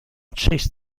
chased